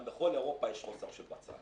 גם בכל אירופה יש חוסר של בצל.